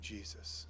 Jesus